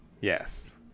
Yes